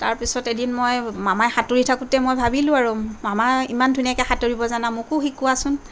তাৰপিছত এদিন মই মামাই সাঁতুৰি থাকোঁতে মই ভাবিলোঁ আৰু মামা ইমান ধুনীয়াকে সাঁতুৰিব জানা মোকো শিকোৱাচোন